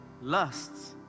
lusts